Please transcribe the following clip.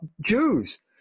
Jews